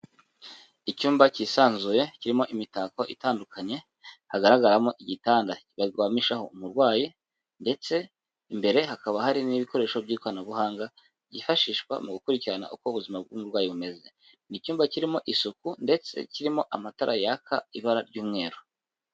Icyumba kisanzuye kirimo imitako itandukanye, hagaragaramo igitanda baryamishaho umurwayi ndetse imbere hakaba hari n'ibikoresho by'ikoranabuhanga byifashishwa mu gukurikirana uko ubuzima bw'umurwayi bumeze. Ni icyumba kirimo isuku ndetse kirimo amatara yaka ibara ry'umweru.